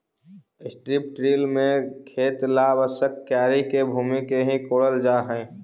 strip till में खेत ला आवश्यक क्यारी के भूमि के ही कोड़ल जा हई